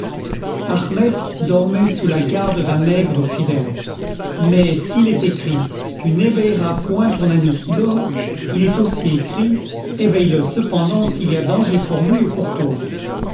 ahmed dormait sous la garde d'un nègre fidèle mais s'il est écrit tu n'éveilleras point ton ami qui dort il est écrit aussi éveille le cependant s'il y a danger pour lui ou pour toi